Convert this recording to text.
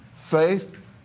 faith